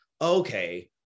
okay